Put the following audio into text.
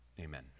Amen